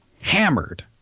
hammered